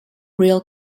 real